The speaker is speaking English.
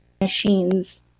machines